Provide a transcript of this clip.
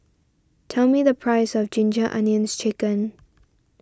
tell me the price of Ginger Onions Chicken